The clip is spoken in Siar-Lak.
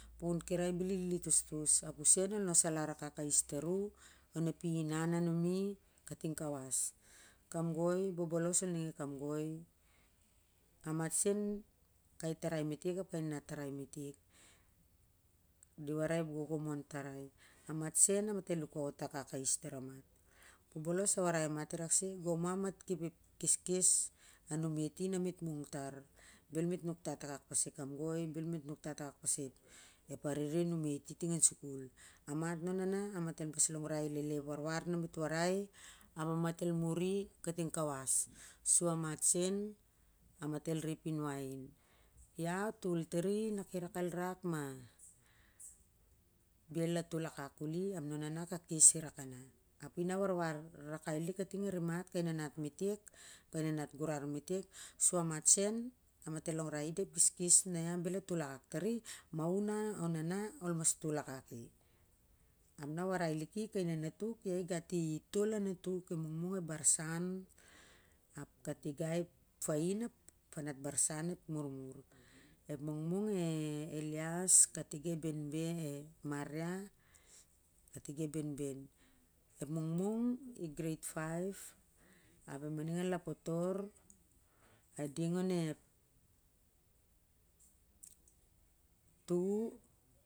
Pukun ki rai bel i lilitostos ap u sen ol lukaot aka tar u onep inan a numi kating kawas, kai ingoi bobolos ol ning e kamgoi amat sen kei tarai metek di warai kai gogomon tarai amat sen amat el lukaot akak ais tar a mat bobolos a warai a mat i rak se gong mon ma amat kep ep kesles a mamet i na met mung tar bel met nuktat akak pes ep kamgoi ap bel met nuktat akak pas ep arere a mumet i fing an sukul a mat na naona amat mas longrai lele ep war na met warai ap amat el re ep inwai in ia tol tari kanak el rak mabel a tol akak koi ap naona kating animat kai nanat metek ap amat el re ep in wain.